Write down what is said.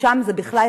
ששם בכלל